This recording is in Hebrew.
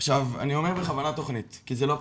אני אומר בכוונה "תוכנית", כי זה לא פרויקט,